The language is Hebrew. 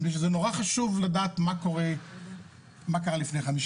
מפני שזה נורא חשוב לדעת מה קרה לפני 50